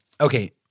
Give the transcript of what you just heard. Okay